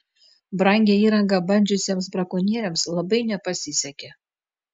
brangią įrangą bandžiusiems brakonieriams labai nepasisekė